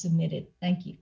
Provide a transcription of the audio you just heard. submitted thank you